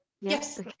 Yes